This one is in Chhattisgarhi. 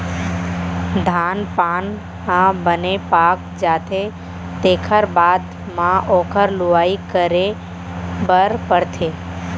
धान पान ह बने पाक जाथे तेखर बाद म ओखर लुवई करे बर परथे